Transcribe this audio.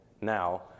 now